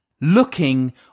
looking